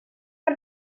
per